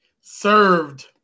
served